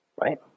Right